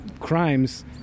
crimes